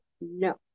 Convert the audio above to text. No